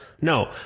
no